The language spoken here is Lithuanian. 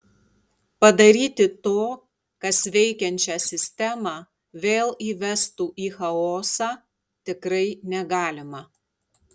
padaryti to kas veikiančią sistemą vėl įvestų į chaosą tikrai negalima